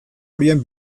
horien